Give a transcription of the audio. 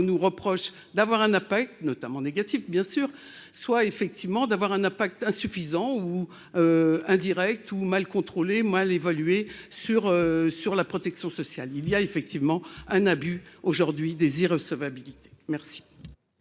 nous reproche d'avoir un impact notamment négatif, bien sûr, soit effectivement d'avoir un impact insuffisant ou indirect ou mal contrôlés moi l'évoluer sur sur la protection sociale, il y a effectivement un abus aujourd'hui des irrecevabilité merci.